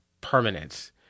permanent